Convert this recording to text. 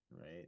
right